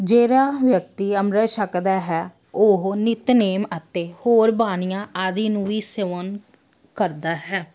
ਜਿਹੜਾ ਵਿਅਕਤੀ ਅੰਮ੍ਰਿਤ ਛਕਦਾ ਹੈ ਉਹ ਨਿਤਨੇਮ ਅਤੇ ਹੋਰ ਬਾਣੀਆਂ ਆਦਿ ਨੂੰ ਵੀ ਸਰਵਨ ਕਰਦਾ ਹੈ